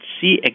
see